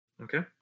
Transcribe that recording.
Okay